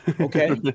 Okay